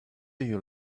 you